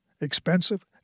Expensive